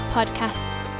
Podcasts